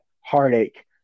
Heartache